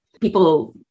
people